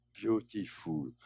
Beautiful